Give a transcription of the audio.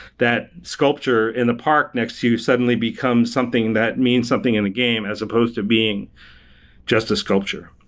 that sculpture in the park next to suddenly become something that means something in a game as supposed to being just a sculpture.